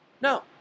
No